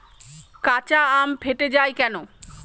কাঁচা আম ফেটে য়ায় কেন?